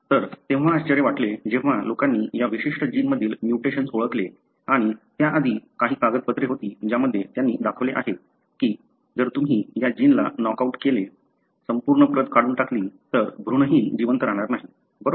तर तेव्हा आश्चर्य वाटले जेव्हा लोकांनी या विशिष्ट जिन मधील म्युटेशन ओळखले आणि त्याआधी काही कागदपत्रे होती ज्यामध्ये त्यांनी दाखवले आहे की जर तुम्ही या जिनला नॉकआउट केले संपूर्ण प्रत काढून टाकली तर भ्रूणही जिवंत राहणार नाही बरोबर